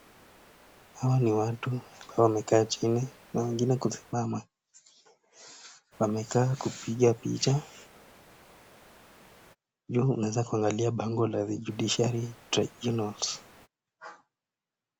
Hawa ni watu ambao wamekaa chini na wengine kusimama. Wamekaa kupiga picha . Juu naweza kuangalia bango la The Judiciary Tribunals .